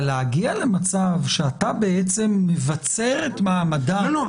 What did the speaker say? אבל להגיע למצב שאתה מבצר את מעמדה -- לא,